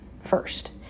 first